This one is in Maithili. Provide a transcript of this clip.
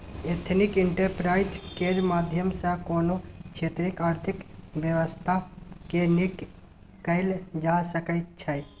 एथनिक एंटरप्राइज केर माध्यम सँ कोनो क्षेत्रक आर्थिक बेबस्था केँ नीक कएल जा सकै छै